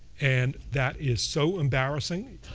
and that is so embarrassing.